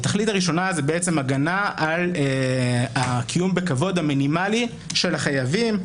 התכלית הראשונה היא בעצם הגנה על הקיום המינימלי בכבוד של החייבים.